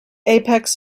apex